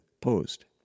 post